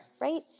Right